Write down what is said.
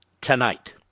tonight